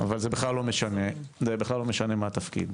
אבל זה בכלל לא משנה מה התפקיד.